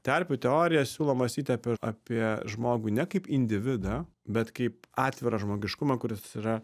terpių teorija siūlo mąstyti apie apie žmogų ne kaip individą bet kaip atvirą žmogiškumą kuris yra